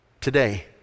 today